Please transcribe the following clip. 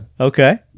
Okay